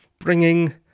Bringing